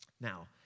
Now